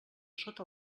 sota